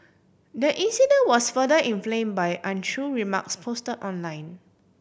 the incident was further inflame by untrue remarks post online